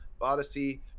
Odyssey